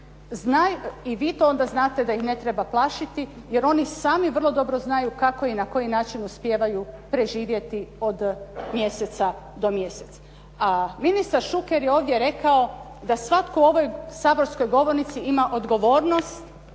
i vi i vi to znate da ih ne treba plašiti, jer oni sami vrlo dobro znaju kako i na koji način uspijevaju preživjeti od mjeseca do mjeseca. A ministar Šuker je ovdje rekao da svatko u ovoj saborskoj govornici ima odgovornost